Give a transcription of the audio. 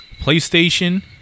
PlayStation